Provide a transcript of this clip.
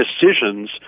decisions